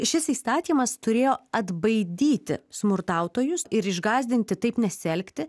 šis įstatymas turėjo atbaidyti smurtautojus ir išgąsdinti taip nesielgti